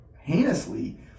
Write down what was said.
heinously